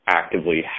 actively